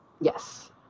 Yes